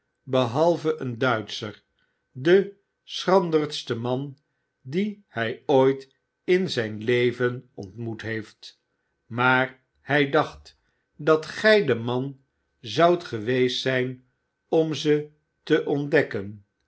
behalve een duitscher de schranderste man dien hijooitin zyn leven ontmoet heeft maar hij dacht dat gij de man zoudt geweest zyn om ze te ontdekken